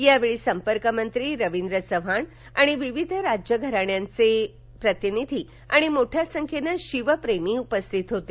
या वेळी संपर्कमंत्री रवींद्र चव्हाण आणि विविध राजघराण्यांचे प्रतिनिधी आणि मोठ्या संख्येने शिवप्रेमी उपस्थित होते